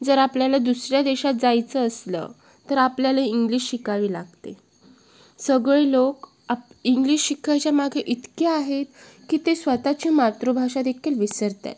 जर आपल्याला दुसऱ्या देशात जायचं असलं तर आपल्याला इंग्लिश शिकावी लागते सगळी लोक आ इंग्लिश शिकायच्या मागे इतके आहेत की ते स्वतःची मातृभाषा देखील विसरत आहेत